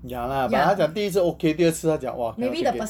ya lah but 他讲第一次 okay 第二次他讲 !wah! cannot take it